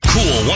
Cool